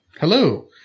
Hello